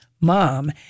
mom